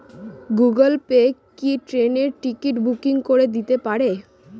Google Pay কি ট্রেনের ticket booking করে দিতে পারে?